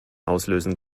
auslösen